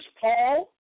Paul